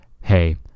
hey